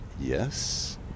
yes